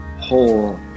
whole